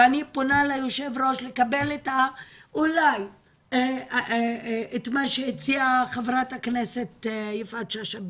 ואני פונה ליושב-ראש לקבל את מה שהציעה חברת הכנסת יפעת שאשא ביטון: